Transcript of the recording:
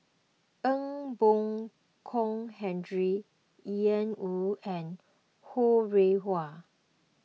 Ee Boon Kong Henry Ian Woo and Ho Rih Hwa